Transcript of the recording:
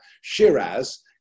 Shiraz